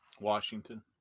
Washington